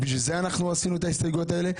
בשביל זה עשינו את ההסתייגויות האלו.